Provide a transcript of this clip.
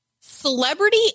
Celebrity